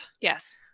yes